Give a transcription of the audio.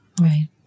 Right